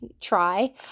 try